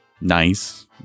Nice